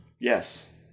Yes